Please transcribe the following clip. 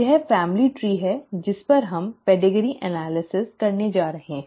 यह family tree है जिस पर हम पेडिग्री विश्लेषण करने जा रहे हैं